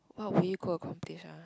what would you go accomplish ah